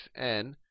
xn